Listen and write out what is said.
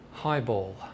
Highball